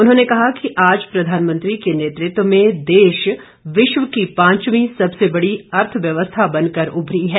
उन्होंने कहा कि आज प्रधानमंत्री के नेतृत्व में देश विश्व की पांचवीं सबसे बड़ी अर्थव्यव्स्था बनकर उभरी है